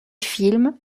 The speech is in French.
film